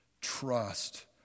trust